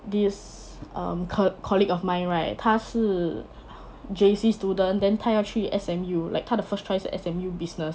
this um coll~ colleague of mine right 他是 J_C student then 他要去 S_M_U like 他的 first choice 是 S_M_U business